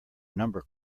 number